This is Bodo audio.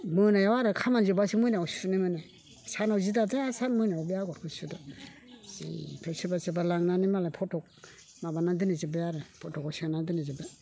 मोनायाव आरो खामानि जोबबासो मोनायाव सुनो मोनो सानाव जि दादो आरो मोनायाव बे आगरखौ सुदो जि ओमफ्राय सोरबा सोरबा लांनानै मालाय फट' माबानानै दोनहैजोबबाय आरो फट'आव सोनानै दोनहै जोबबाय